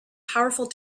powerful